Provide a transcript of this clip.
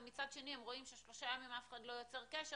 ומצד שני הם רואים ששלושה ימים אף אחד לא יוצר קשר